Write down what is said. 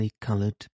coloured